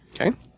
Okay